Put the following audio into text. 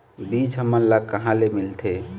बीज हमन ला कहां ले मिलथे?